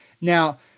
Now